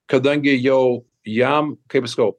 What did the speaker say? kadangi jau jam kaip sakau